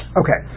okay